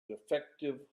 defective